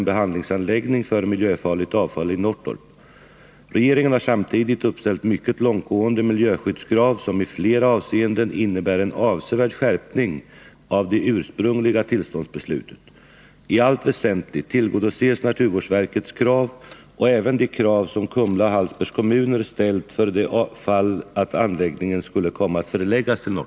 Om regeringen, trots motståndet från berörd befolkning, ändå beslutar förlägga SAKAB:s anläggning för konvertering av miljöfarligt avfall till Norrtorp, är då regeringen beredd att på ett avgörande sätt skärpa de ursprungliga miljökraven för en anläggning i Norrtorp och medverka till att allt görs som kan göras för att eliminera miljöstörningar?